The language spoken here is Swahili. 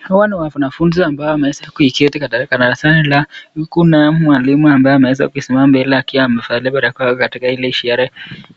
Hawa ni wanafunzi ambao wamewea kuketi katika darasani huku mwalimu ambaye ameweza kusimama mbele amevalia barakoa katika ile ishara